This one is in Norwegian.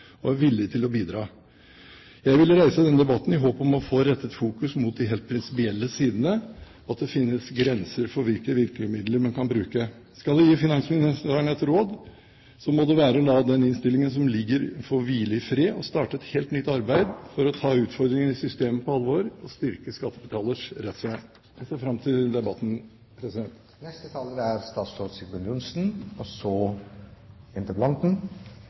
og er villig til å bidra. Jeg ville reise denne debatten i håp om å få rettet fokus mot de helt prinsipielle sidene og at det finnes grenser for hvilke virkemidler man kan bruke. Skal jeg gi finansministeren et råd, må det være å la den innstillingen som ligger der, få hvile i fred, og starte et helt nytt arbeid for å ta utfordringene i systemet på alvor og styrke skattebetalers rettsvern. Jeg ser fram til debatten.